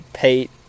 Pete